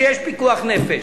כשיש פיקוח נפש.